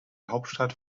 hauptstadt